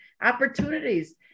opportunities